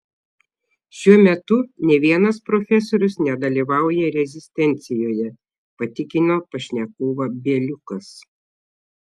šiuo metu nė vienas profesorius nedalyvauja rezistencijoje patikino pašnekovą bieliukas